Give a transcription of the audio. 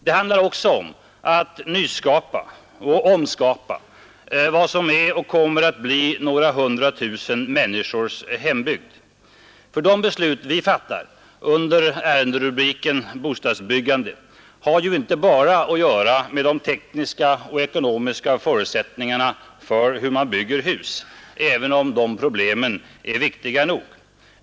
Det handlar också om att nyskapa och omskapa vad som är och kommer att bli några hundratusen människors hembygd. För de beslut vi fattar under ärenderubriken Bostadsbyggande har inte bara att göra med de tekniska och ekonomiska förutsättningarna för hur man bygger hus, även om de problemen är viktiga nog.